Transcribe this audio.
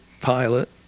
pilot